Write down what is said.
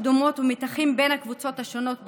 קדומות ומתחים בין הקבוצות השונות בחברה.